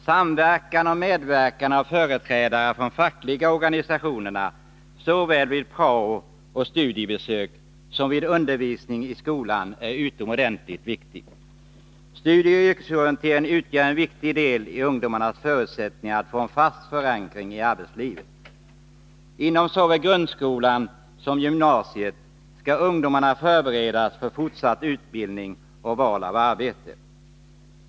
Samverkan med och medverkan av företrädare för de fackliga organisationerna såväl vid prao och studiebesök som vid undervisning i skolan är någonting utomordentligt viktigt. Studieoch yrkesorienteringen utgör en viktig del i ungdomens förutsättningar att få en fast förankring i arbetslivet. Inom såväl grundskolan som gymnasieskolan skall ungdomarna förberedas för fortsatt utbildning och val av arbete.